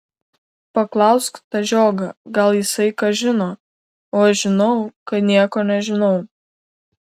paklausk tą žiogą gal jisai ką žino o aš žinau kad nieko nežinau